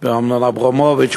ואמנון אברמוביץ,